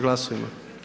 Glasujmo.